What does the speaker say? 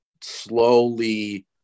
slowly